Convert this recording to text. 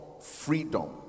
freedom